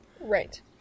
Right